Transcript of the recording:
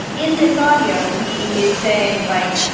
in this audio, he is saying, like,